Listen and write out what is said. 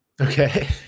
Okay